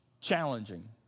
challenging